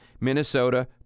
Minnesota